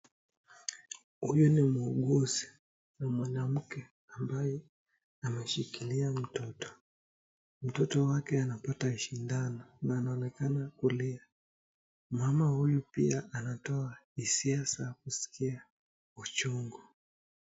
Huyu ni muuguzi na mwanamke ambaye ameshikilia mtoto. Mtoto wake anapata sindano na anaonekana kulia mama huyu pia anatoa hisia za kuskia uchungu.